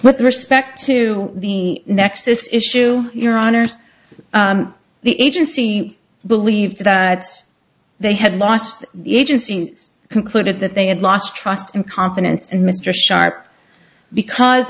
with respect to the nexxus issue your honor the agency believed that they had lost the agency's concluded that they had lost trust and confidence in mr sharp because